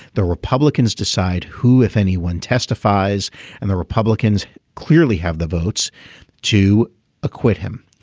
the republicans decide who if anyone testifies and the republicans clearly have the votes to acquit him.